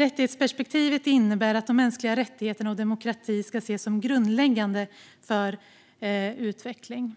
Rättighetsperspektivet innebär att mänskliga rättigheter och demokrati ska ses som grundläggande för utveckling.